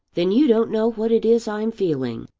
then you don't know what it is i'm feeling.